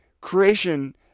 creation